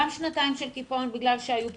גם שנתיים של קיפאון בגלל שהיו בחירות,